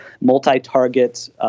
multi-target